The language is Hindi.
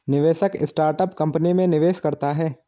निवेशक स्टार्टअप कंपनी में निवेश करता है